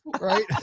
right